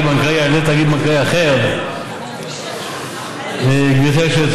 בנקאי על ידי תאגיד בנקאי אחר) שלך.